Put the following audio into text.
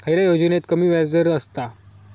खयल्या योजनेत कमी व्याजदर असता?